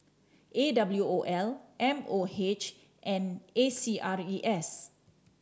A W O L M O H and A C R E S